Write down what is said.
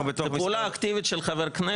פעולה אקטיבית של חבר כנסת.